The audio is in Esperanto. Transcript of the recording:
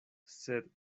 sed